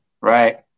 right